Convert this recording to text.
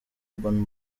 urban